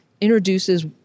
introduces